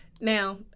Now